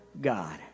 God